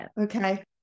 okay